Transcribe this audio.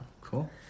Cool